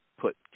put